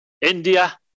India